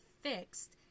fixed